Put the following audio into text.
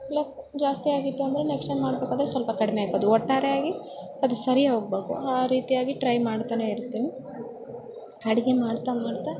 ಇಲ್ಲ ಜಾಸ್ತಿ ಆಗಿತ್ತು ಅಂದರೆ ನೆಕ್ಸ್ಟ್ ಟೈಮ್ ಮಾಡಬೇಕಾದ್ರೆ ಸ್ವಲ್ಪ ಕಡಿಮೆ ಹಾಕೊದು ಒಟ್ಟಾರೆಯಾಗಿ ಅದು ಸರಿ ಹೊಬೇಕು ಆ ರೀತಿಯಾಗಿ ಟ್ರೈ ಮಾಡ್ತಾನೆ ಇರ್ತಿನಿ ಅಡ್ಗೆ ಮಾಡ್ತಾ ಮಾಡ್ತಾ